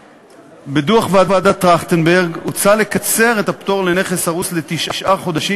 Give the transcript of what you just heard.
בדוח ועדת טרכטנברג הוצע לקצר את הפטור לנכס הרוס לתשעה חודשים,